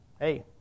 hey